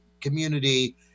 community